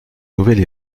nouvelle